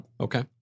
Okay